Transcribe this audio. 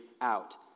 out